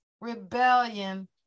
rebellion